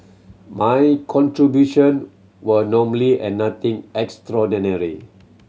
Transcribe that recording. my contribution were normally and nothing extraordinary